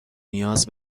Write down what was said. نیاز